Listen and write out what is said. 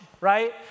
right